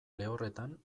lehorretan